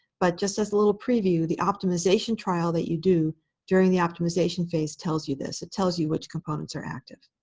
but just as a little preview, the optimization trial that you do during the optimization phase tells you this. it tells you which components are active.